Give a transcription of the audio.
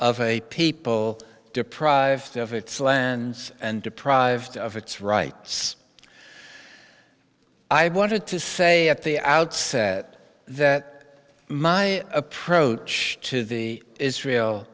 of a people deprived of its lands and deprived of its rights i wanted to say at the outset that my approach to the israel